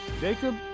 Jacob